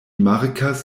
markas